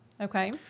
Okay